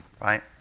right